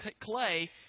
clay